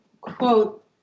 quote